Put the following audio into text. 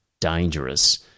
dangerous